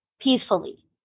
peacefully